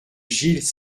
gilles